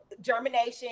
germination